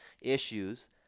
issues